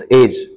age